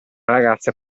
ragazza